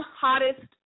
hottest